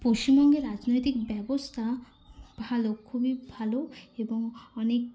পশ্চিমবঙ্গের রাজনৈতিক ব্যবস্থা ভাল খুবই ভাল এবং অনেক